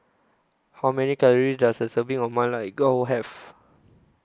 How Many Calories Does A Serving of Ma Lai Gao Have